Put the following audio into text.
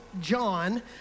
John